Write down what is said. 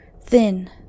thin